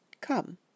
Come